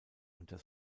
unter